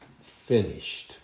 finished